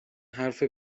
حرف